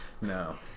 no